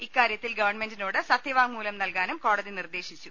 ഇക്കാര്യത്തിൽ ഗവൺമെന്റി നോട് സത്യവാങ്മൂലം നൽകാനും കോടതി നിർദേശിച്ചു